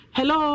Hello